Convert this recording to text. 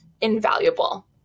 invaluable